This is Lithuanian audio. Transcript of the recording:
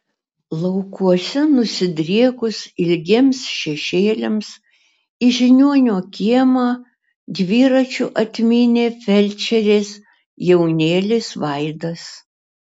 laukuose nusidriekus ilgiems šešėliams į žiniuonio kiemą dviračiu atmynė felčerės jaunėlis vaidas